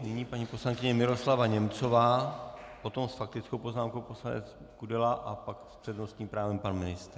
Nyní paní poslankyně Miroslava Němcová, potom s faktickou poznámkou poslanec Kudela a pak s přednostním právem pan ministr.